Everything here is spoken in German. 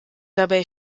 dabei